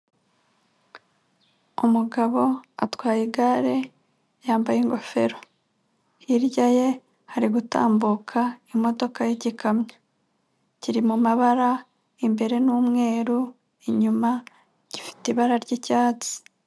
Umugabo atwaye igare yambaye ingofero, hirya ye hari gutambuka imodoka y'igikamyo kiri mu mabara imbere n'umweru inyuma gifite ibara ry'icyatsi.